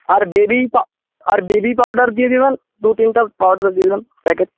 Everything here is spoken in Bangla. আর বেবি পাউডার আর বেবি পাউডার দিয়ে দেবেন দু তিনটে পাউডার দিয়ে দেবেন প্যাকেট